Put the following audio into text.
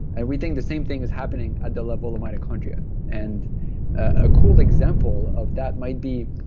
and we think the same thing is happening at the level of mitochondria and a cool example of that might be